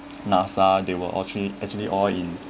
NAFA they were actually actually all in